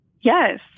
Yes